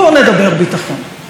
בואו נדבר ביטחון.